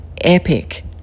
epic